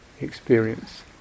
experience